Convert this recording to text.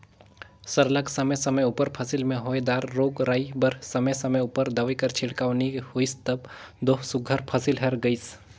सरलग समे समे उपर फसिल में होए दार रोग राई बर समे समे उपर दवई कर छिड़काव नी होइस तब दो सुग्घर फसिल हर गइस